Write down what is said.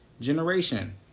generation